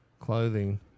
clothing